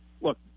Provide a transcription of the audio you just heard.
look –